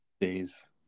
Days